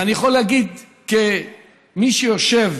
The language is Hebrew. אני יכול להגיד, כמי שיושב